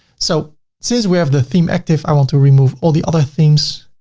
so since we have the theme active, i want to remove all the other themes,